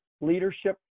leadership